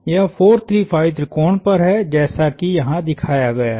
यह 4 3 5 त्रिकोण पर है जैसा कि यहां दिखाया गया है